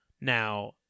Now